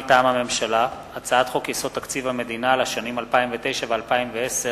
מטעם הממשלה: הצעת חוק-יסוד: תקציב המדינה לשנים 2009 ו-2010